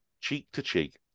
cheek-to-cheek